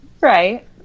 Right